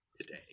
today